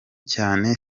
cyane